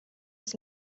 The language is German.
das